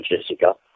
Jessica